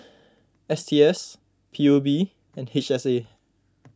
S T S P U B and H S A